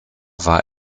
war